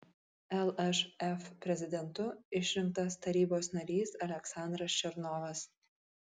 lšf prezidentu išrinktas tarybos narys aleksandras černovas